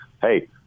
hey